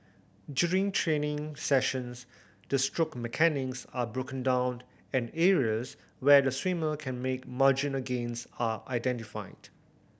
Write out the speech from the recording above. during training sessions the stroke are broken down and areas where the swimmer can make marginal gains are identified